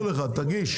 אבל הסברנו לך, תגיש.